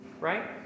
Right